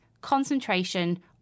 concentration